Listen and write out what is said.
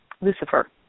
Lucifer